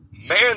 man